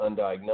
undiagnosed